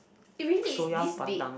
it really is this big